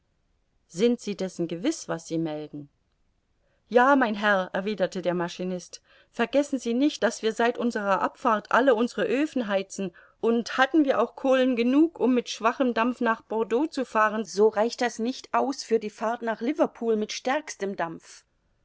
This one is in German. sind sie dessen gewiß was sie melden ja mein herr erwiderte der maschinist vergessen sie nicht daß wir seit unserer abfahrt alle unsere oefen heizen und hatten wir auch kohlen genug um mit schwachem dampf nach bordeaux zu fahren so reicht das nicht aus für die fahrt nach liverpool mit stärkstem dampf